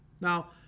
Now